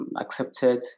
accepted